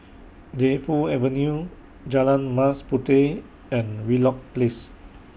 Defu Avenue Jalan Mas Puteh and Wheelock Place